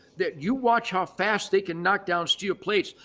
that you watch how fast they can knock down steel plates.